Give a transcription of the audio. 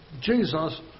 Jesus